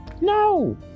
no